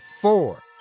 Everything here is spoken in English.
four